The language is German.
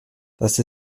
dass